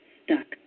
stuck